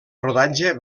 rodatge